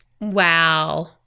Wow